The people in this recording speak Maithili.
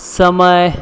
समय